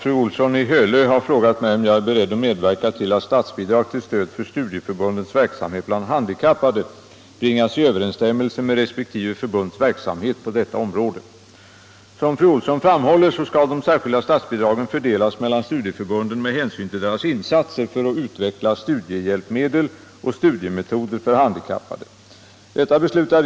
Sedan budgetåret 1967 73 ett bidrag till produktion av studiematerial för handikappade. Fr.